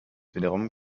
wiederum